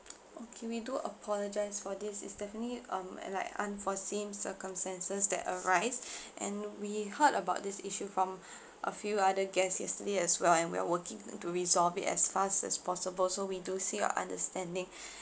okay we do apologise for this it's definitely um like unforeseen circumstances that arise and we heard about this issue from a few other guests yesterday as well and we are working to resolve it as fast as possible so we do seek your understanding